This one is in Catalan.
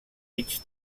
mig